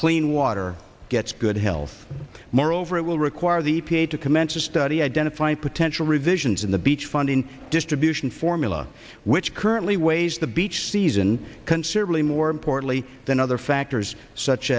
clean water gets good health moreover it will require the e p a to commence a study identify potential revisions in the beach funding distribution formula which currently weighs the beach season considerably more importantly than other factors such